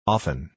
Often